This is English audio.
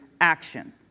action